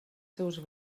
seus